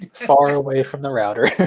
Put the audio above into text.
far away from the router.